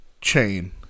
chain